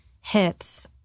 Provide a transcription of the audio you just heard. hits